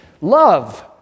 Love